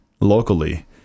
locally